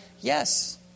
Yes